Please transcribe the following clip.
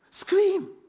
scream